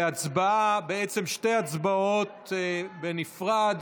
להצבעה, בעצם שתי הצבעות בנפרד.